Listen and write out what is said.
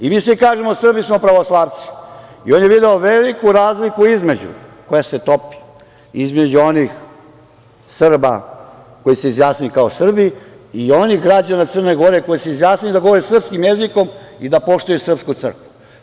Mi svi i kažemo da su Srbi pravoslavci i on je video veliku razliku koja se topi između onih Srba koji su se izjasnili kao Srbi i onih građana Crne Gore koji su se izjasnili da govore srpskim jezikom i da poštuju srpsku crkvu.